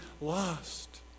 lost